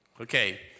Okay